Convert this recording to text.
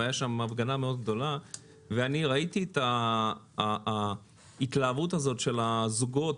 הייתה שם הפגנה מאוד גדולה ואני ראיתי את ההתלהבות הזאת של הזוגות,